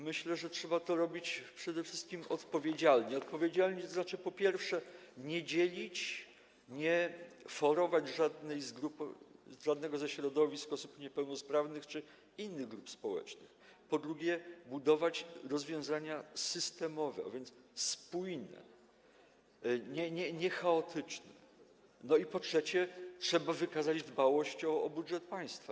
Myślę, że trzeba to robić przede wszystkim odpowiedzialnie, tzn. po pierwsze, nie dzielić, nie forować żadnej z grup, żadnego ze środowisk osób niepełnosprawnych czy innych grup społecznych; po drugie, budować rozwiązania systemowe, a więc spójne, a nie chaotyczne; po trzecie, wykazać dbałość o budżet państwa.